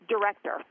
director